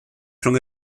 rhwng